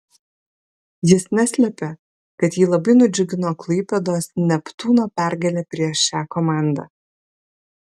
jis neslėpė kad jį labai nudžiugino klaipėdos neptūno pergalė prieš šią komandą